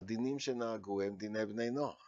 הדינים שנהגו הם דיני בני נוער.